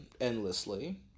endlessly